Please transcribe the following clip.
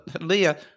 Leah